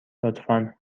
لطفا